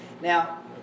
Now